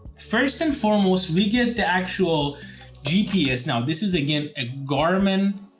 first and foremost, we get the actual gps now this is again, a garmin